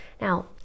Now